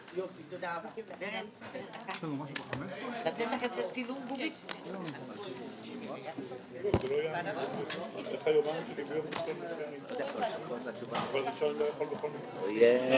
הישיבה ננעלה בשעה 13:45.